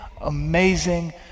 amazing